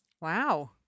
wow